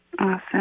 Awesome